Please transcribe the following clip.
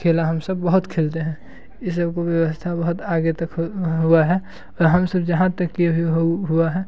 खेल हम सब बहुत खेलते हैं ये सब की व्यवस्था बहुत आगे तक हुआ है और हम सब जहाँ तक के हो हुआ है